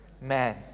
Man